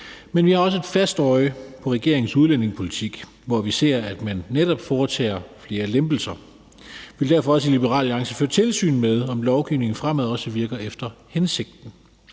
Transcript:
men vi har også et fast øje på regeringens udlændingepolitik, hvor vi ser, at man netop foretager flere lempelser. Vi vil derfor også i Liberal Alliance føre tilsyn med, om lovgivningen fremad virker efter hensigten.